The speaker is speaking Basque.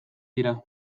dira